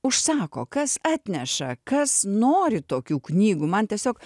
užsako kas atneša kas nori tokių knygų man tiesiog